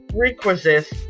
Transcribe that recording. Requisites